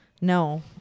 No